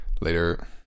Later